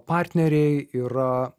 partneriai yra